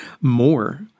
more